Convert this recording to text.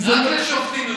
רק לשופטים הם לא יעלו.